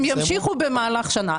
הם ימשיכו במהלך שנה.